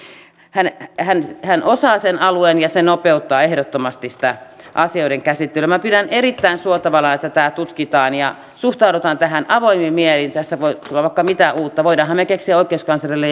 hän hän osaa sen alueen ja se nopeuttaa ehdottomasti asioiden käsittelyä minä pidän erittäin suotavana että tämä tutkitaan ja tähän suhtaudutaan avoimin mielin tässä voi tulla vaikka mitä uutta voimmehan me keksiä oikeuskanslerille